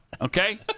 Okay